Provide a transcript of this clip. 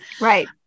Right